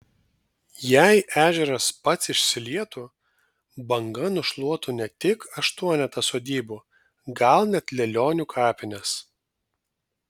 jei ežeras pats išsilietų banga nušluotų ne tik aštuonetą sodybų gal net lielionių kapines